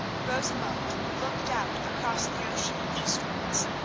rosamund looked out across the ocean eastwards.